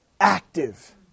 active